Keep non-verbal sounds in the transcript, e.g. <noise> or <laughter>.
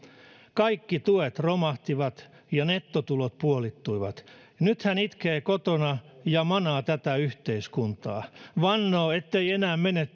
kaikki tuet romahtivat ja nettotulot puolittuivat nyt hän itkee kotona ja manaa tätä yhteiskuntaa vannoo ettei enää mene <unintelligible>